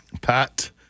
Pat